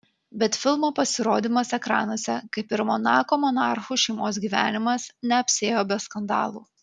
bet filmo pasirodymas ekranuose kaip ir monako monarchų šeimos gyvenimas neapsiėjo be skandalų